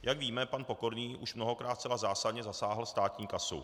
Jak víme, pan Pokorný už mnohokrát zcela zásadně zasáhl státní kasu.